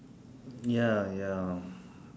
ya ya